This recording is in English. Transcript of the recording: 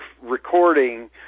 recording